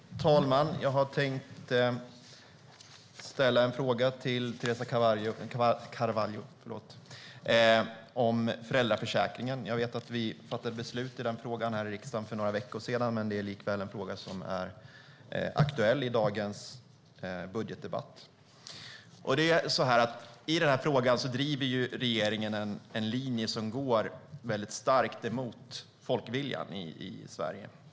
Herr talman! Jag har tänkt ställa en fråga till Teresa Carvalho om föräldraförsäkringen. Jag vet att vi fattade beslut i den frågan här i riksdagen för några veckor sedan, men det är likväl en fråga som är aktuell i dagens budgetdebatt. I den här frågan driver regeringen en linje som går väldigt starkt emot folkviljan i Sverige.